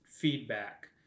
feedback